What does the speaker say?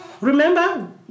Remember